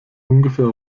ungefähr